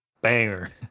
banger